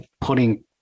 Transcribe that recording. putting